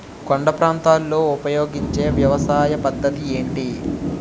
కొండ ప్రాంతాల్లో ఉపయోగించే వ్యవసాయ పద్ధతి ఏంటి?